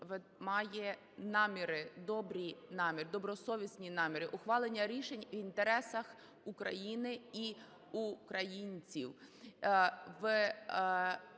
наміри, добросовісні наміри – ухвалення рішень в інтересах України і українців.